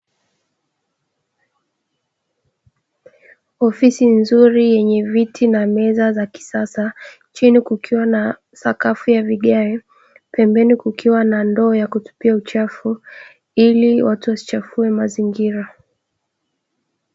Ofisi nzuri yenye viti na meza za kisasa, chini kukiwa na sakafu ya vigae, pembeni kukiwa na ndoo ya kutupia uchafu ili watu wasichafue mazingira.